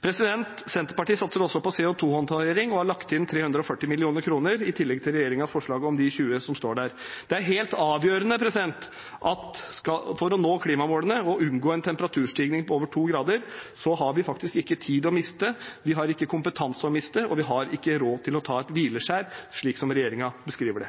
Senterpartiet satser også på CO 2 -håndtering og har lagt inn 340 mill. kr i tillegg til regjeringens forslag om de 20 mill. kr som står der. Det er helt avgjørende, for skal vi nå klimamålene og unngå en temperaturstigning på over 2 grader, så har vi ikke tid å miste, vi har ikke kompetanse å miste, og vi har ikke råd til å ta et hvileskjær, slik som regjeringen beskriver det.